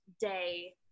day